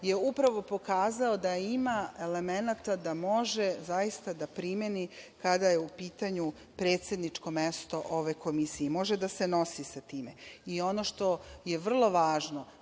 je upravo pokazao da ima elemenata da može zaista da primeni kada je u pitanju predsedničko mesto ove komisije i može da se nosi sa time. Ono što je vrlo važno,